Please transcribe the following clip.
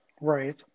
right